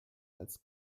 als